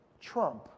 trump